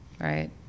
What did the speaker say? Right